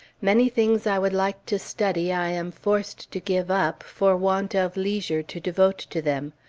many things i would like to study i am forced to give up, for want of leisure to devote to them.